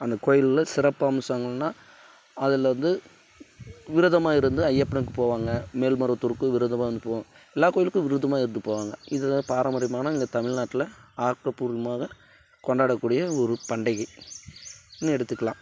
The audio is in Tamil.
அந்த கோயிலில் சிறப்பம்சங்கள்னா அதில் வந்து விரதமாக இருந்து ஐயப்பன்க்கு போவாங்க மேல்மருவத்தூருக்கும் விரதமாருந்து போவோம் எல்லா கோயிலுக்கும் விரதமாருந்து போவாங்க இது தான் பாரம்பரியமான இந்த தமிழ்நாட்டில் ஆக்க பூர்வமாக கொண்டாட கூடிய ஒரு பண்டிகைன்னு எடுத்துக்கலாம்